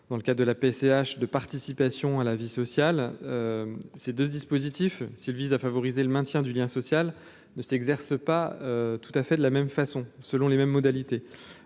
dans le cas de la PCH de participation à la vie sociale, ces 2 dispositifs si elle vise à favoriser le maintien du lien social ne s'exerce pas tout à fait de la même façon, selon les mêmes modalités